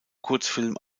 kurzfilm